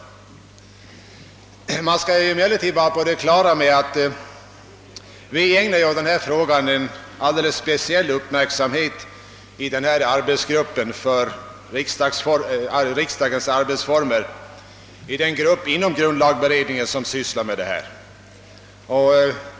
Man skall emellertid vara på det klara med att vi ägnar denna fråga alldeles speciell uppmärksamhet i den arbetsgrupp inom grundlagsberedningen som sysslar med riksdagens arbetsformer.